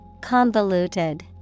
Convoluted